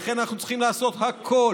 לכן אנחנו צריכים לעשות הכול,